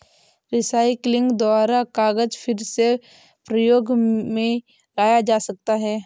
recycling द्वारा कागज फिर से प्रयोग मे लाया जा सकता है